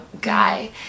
guy